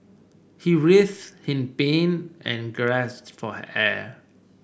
he writhed in pain and gasped for air